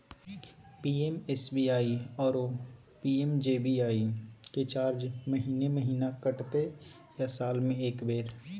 PMSBY आरो PMJBY के charge महीने महीना कटते या साल म एक बेर?